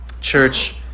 Church